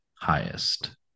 highest